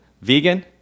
vegan